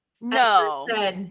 no